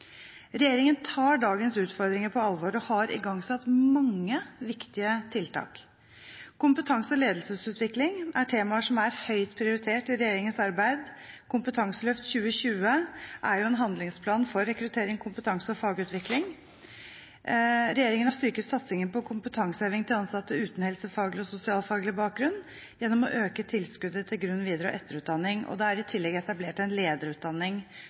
Regjeringen tar dagens utfordringer på alvor og har igangsatt mange viktige tiltak. Kompetanse- og ledelsesutvikling er temaer som er høyt prioritert i regjeringens arbeid. Kompetanseløft 2020 er en handlingsplan for rekruttering, kompetanse og fagutvikling. Regjeringen har styrket satsingen på kompetanseheving til ansatte uten helsefaglig og sosialfaglig bakgrunn gjennom å øke tilskuddet til grunn-, videre- og etterutdanning, og da er det i tillegg etablert en lederutdanning